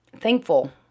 thankful